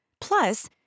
Plus